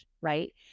right